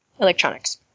Electronics